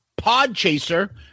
Podchaser